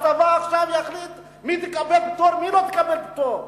שהצבא עכשיו יחליט מי תקבל פטור ומי לא תקבל פטור.